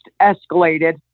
escalated